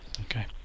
Okay